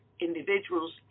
individuals